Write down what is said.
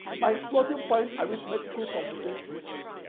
my floating point arithmetical computations.